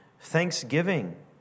thanksgiving